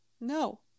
No